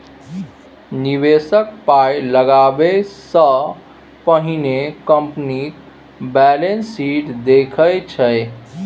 निबेशक पाइ लगाबै सँ पहिने कंपनीक बैलेंस शीट देखै छै